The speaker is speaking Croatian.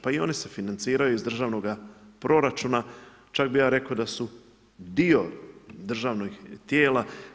Pa i oni se financiraju iz državnog proračuna, čak bih ja rekao da su dio državnih tijela.